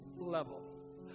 level